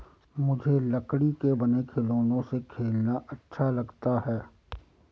मुझे लकड़ी के बने खिलौनों से खेलना अच्छा लगता है